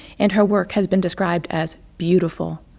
and her work has been described as beautiful,